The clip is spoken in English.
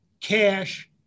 cash